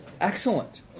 excellent